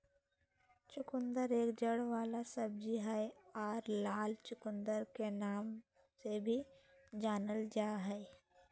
चुकंदर एक जड़ वाला सब्जी हय आर लाल चुकंदर के नाम से भी जानल जा हय